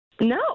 No